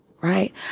right